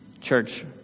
Church